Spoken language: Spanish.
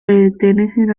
pertenecen